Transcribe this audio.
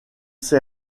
ces